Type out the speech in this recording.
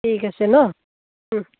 ঠিক আছে ন